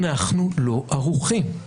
אנחנו לא ערוכים.